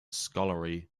scholarly